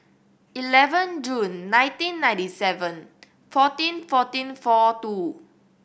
eleven June nineteen ninety seven fourteen fourteen four two